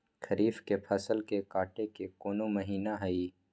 खरीफ के फसल के कटे के कोंन महिना हई?